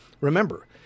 Remember